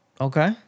Okay